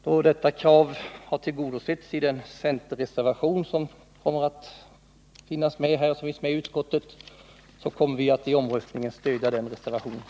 Till detta krav har man anslutit sig i den centerreservation som finns fogad vid utskottsbetänkandet, och vi kommer därför att vid omröstningen stödja den reservationen.